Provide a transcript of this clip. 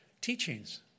teachings